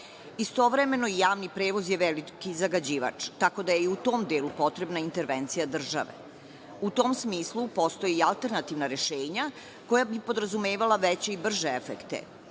okolinu. Istovremeno, javni prevoz je veliki zagađivač, tako da je i tom delu potrebna intervencija države. U tom smislu, postoji i alternativna rešenja koja bi podrazumevala veće i brže efekte.